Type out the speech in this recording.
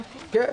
כן.